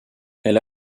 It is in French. elle